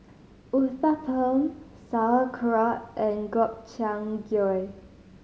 Uthapam Sauerkraut and Gobchang Gui